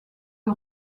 que